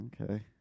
Okay